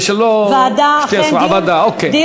טוב, אבל את צריכה להציע.